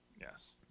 Yes